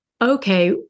okay